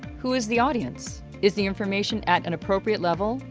who is the audience? is the information at an appropriate level,